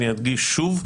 אני אדגיש שוב,